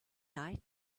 night